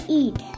eat